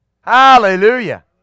Hallelujah